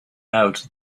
out